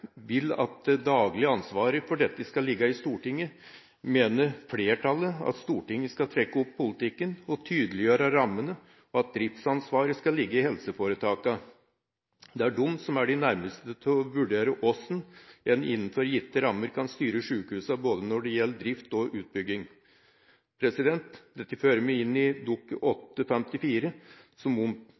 vil at det daglige ansvaret for dette skal ligge i Stortinget, mener flertallet at Stortinget skal trekke opp politikken og tydeliggjøre rammene, og at driftsansvaret skal ligge i helseforetakene. Det er de som er de nærmest til å vurdere hvordan man innenfor gitte rammer kan styre sjukehusene både når det gjelder drift og utbygging. Dette fører meg inn på behandlinga av Dokument 8:54 S, som